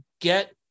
get